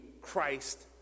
Christ